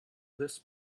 this